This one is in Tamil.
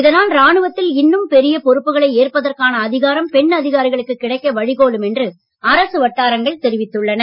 இதனால் ராணுவத்தில் இன்னும் பெரிய பொறுப்புகளை ஏற்பதற்கான அதிகாரம் பெண் அதிகாரிகளுக்கு கிடைக்க வழிகோலும் என்று அரசு வட்டாரங்கள் தெரிவித்துள்ளன